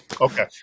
okay